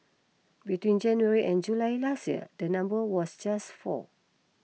between January and July last year the number was just four